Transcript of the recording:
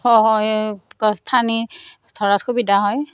ওখ হয় গছ ঠানি ধৰাত সুবিধা হয়